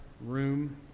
room